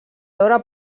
veure